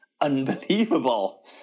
unbelievable